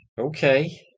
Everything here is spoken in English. Okay